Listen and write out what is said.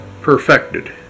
perfected